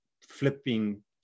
flipping